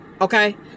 Okay